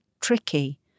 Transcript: tricky